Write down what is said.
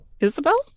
Isabel